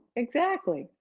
exactly.